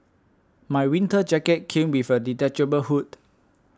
my winter jacket came with a detachable hood